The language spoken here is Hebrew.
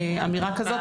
אמירה כזאת,